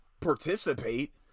participate